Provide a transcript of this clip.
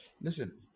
listen